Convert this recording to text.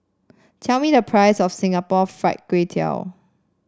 tell me the price of Singapore Fried Kway Tiao